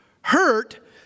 Hurt